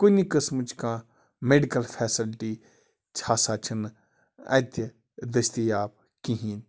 کُنہِ قٕسمٕچ کانٛہہ میٚڈِکَل فٮ۪سَلٹی ہَسا چھِنہٕ اَتہِ دٔستیاب کِہیٖنۍ